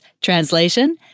Translation